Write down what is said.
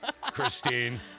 Christine